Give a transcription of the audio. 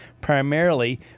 primarily